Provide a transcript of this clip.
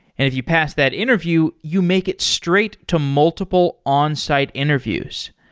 if you pass that interview, you make it straight to multiple onsite interviews.